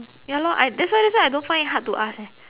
ya lor I that's why that's why I don't find it hard to ask eh